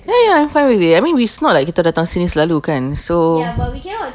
ya ya I'm fine with it I mean it's not like we datang selalu kan so